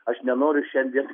aš nenoriu šiandien